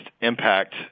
impact